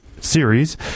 series